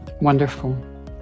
Wonderful